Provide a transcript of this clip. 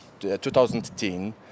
2010